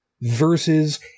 versus—